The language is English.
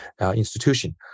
institution